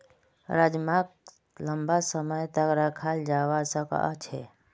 राजमाक लंबा समय तक रखाल जवा सकअ छे